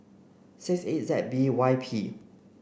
six eight Z B Y P